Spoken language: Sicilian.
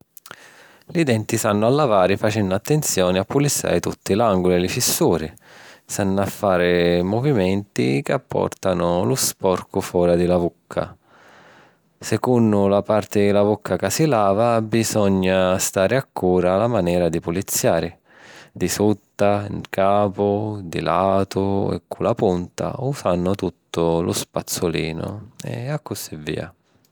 Li denti s’hannu a lavari facennu attenzioni a puliziari tutti l’anguli e li fissuri. S'hannu a fari movimenti ca pòrtanu lu sporcu fora di la vucca. Secunnu la parti di la vucca ca si lava, bisogna stari accura a la manera di puliziari: di sutta, ncapu, di latu, e cu la punta, usannu tuttu lu spazzulinu. E accussì via.